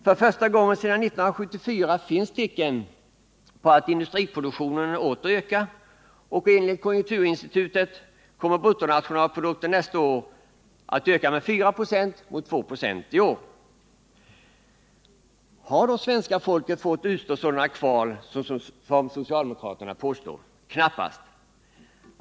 För första gången sedan 1974 finns tecken på att industriproduktionen åter ökar, och enligt konjunkturinstitutet kommer bruttonationalprodukten nästa år att öka med 4 96 mot 2 96 i år. Har då svenska folket fått utstå sådana kval som socialdemokraterna påstår? Knappast.